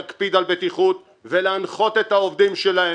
להקפיד על בטיחות, ולהנחות את העובדים שלהם.